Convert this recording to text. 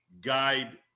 guide